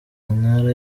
intara